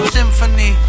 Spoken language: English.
symphony